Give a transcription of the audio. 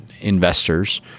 investors